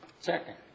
Second